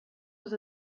les